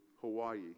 Hawaii